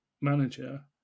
manager